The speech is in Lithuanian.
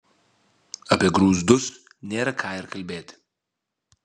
apie grūzdus nėra ką ir kalbėti